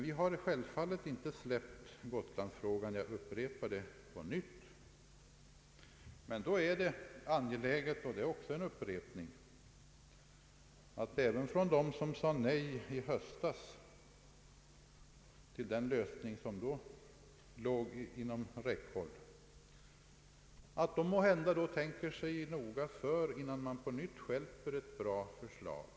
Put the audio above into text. Vi har självfallet inte släppt Gotlandsfrågan, jag upprepar det, men vill betona, och det är också en upprepning, att det är angeläget att även de som sade nej i höstas till den lösning som då låg inom räckhåll tänker sig noga för innan de på nytt stjälper ett bra förslag.